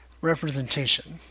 representation